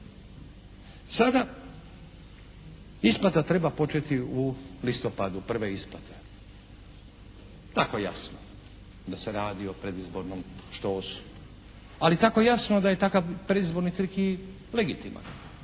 Sada, isplata treba početi u listopadu, prve isplate. Tako jasno da se radi o predizbornom štosu, ali tako jasno da je takav predizborni trik i legitiman.